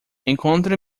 encontre